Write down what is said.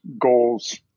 goals